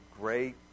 great